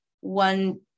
one